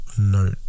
note